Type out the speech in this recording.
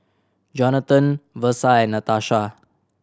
Johnathan Versa and Natasha